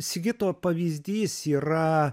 sigito pavyzdys yra